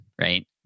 right